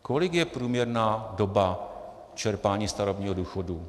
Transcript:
Kolik je průměrná doba čerpání starobního důchodu?